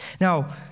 Now